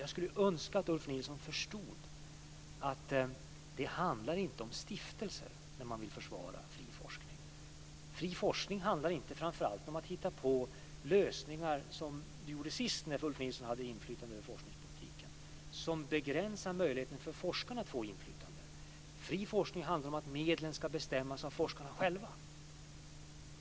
Jag skulle önska att Ulf Nilsson förstod att det inte handlar om stiftelser när man vill försvara fri forskning. Fri forskning handlar framför allt inte om att hitta på lösningar av det slag som gjordes sist när Ulf Nilsson hade inflytande över forskningspolitiken, vilket begränsade möjligheten för forskarna att få inflytande. Fri forskning handlar om att medlen ska bestämmas av forskarna själva.